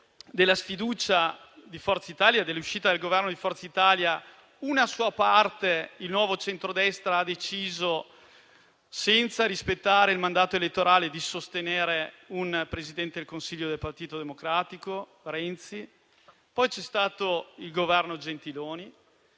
della sfiducia di Forza Italia e della sua uscita dal Governo, una sua parte, il Nuovo Centrodestra, ha deciso, senza rispettare il mandato elettorale, di sostenere un Presidente del Consiglio del Partito Democratico, Matteo Renzi; poi c'è stato il Governo Gentiloni.